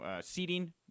seating